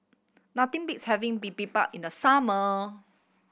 nothing beats having Bibimbap in the summer